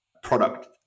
product